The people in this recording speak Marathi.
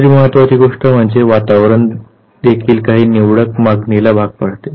दुसरी महत्त्वाची गोष्ट म्हणजे वातावरण देखील काही निवडक मागणीला भाग पाडते